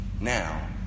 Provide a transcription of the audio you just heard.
now